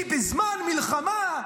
כי בזמן מלחמה,